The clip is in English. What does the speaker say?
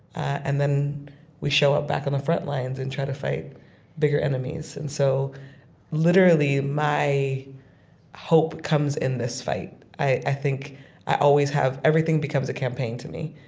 and then we show up back on front lines and try to fight bigger enemies. and so literally, my hope comes in this fight. i think i always have everything becomes a campaign to me,